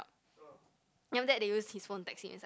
then after that they use his phone to text him inside